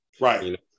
Right